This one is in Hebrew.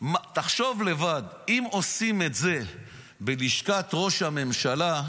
תחשוב לבד: אם עושים את זה בלשכת ראש הממשלה,